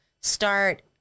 start